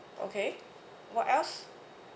okay what else